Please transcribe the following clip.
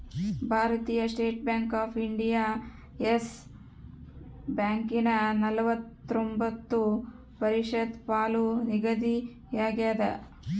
ಭಾರತೀಯ State Bank of India Yes ಬ್ಯಾಂಕನ ನಲವತ್ರೊಂಬತ್ತು ಪ್ರತಿಶತ ಪಾಲು ನಿಗದಿಯಾಗ್ಯದ